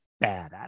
bad